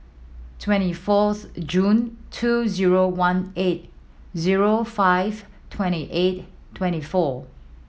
twenty fourth June two zero one eight zero five twenty eight twenty four